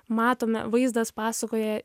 matome vaizdas pasakoja